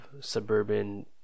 suburban